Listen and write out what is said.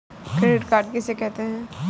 Credit card किसे कहते हैं?